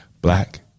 black